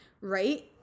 Right